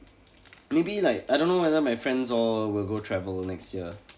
maybe like I don't know whether my friends all will go travel next year